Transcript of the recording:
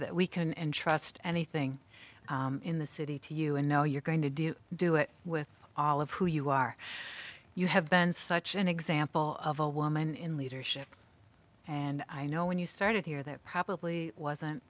that we can entrust anything in the city to you and know you're going to do do it with all of who you are you have been such an example of a woman in leadership and i know when you started here that probably wasn't